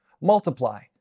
Multiply